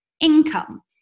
income